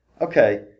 okay